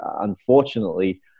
unfortunately